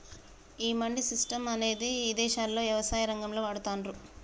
ఈ మండీ సిస్టం అనేది ఇదేశాల్లో యవసాయ రంగంలో వాడతాన్రు